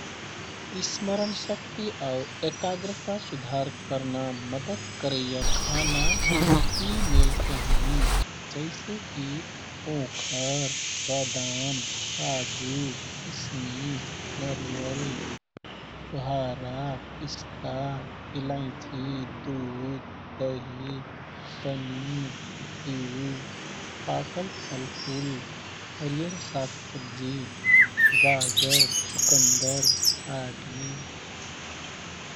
स्मरणशक्ति आउ एकाग्रता सुधार कर्ना मद्दत करैया खाना यी मेलके हैँ। जैसेकि ओखर, बदाम, काजु, किसमिस, नरिवल, छुहरा, पिस्ता, इलाइची, दुध, दही, पनिर, घ्यु, पाकल फलफुल, हरियर साग सब्जी, गाजर, चुकन्दर आदि।